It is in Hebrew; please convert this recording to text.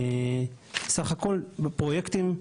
סך הכל בפרויקטים,